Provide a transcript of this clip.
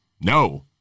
No